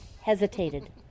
hesitated